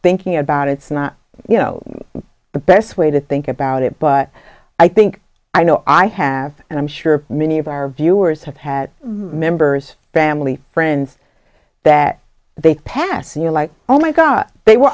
thinking about it's not you know the best way to think about it but i think i know i have and i'm sure many of our viewers have had members family friends that they pass and you're like oh my god they were